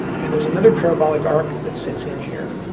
and there's another parabolic arc that sits in here,